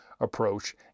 approach